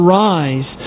rise